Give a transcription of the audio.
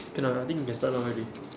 can ah I think we can start now already